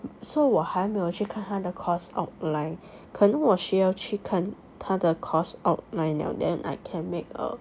so 我还没有去看它的 course outline 可能我需要去看它的 course outline liao then I can make a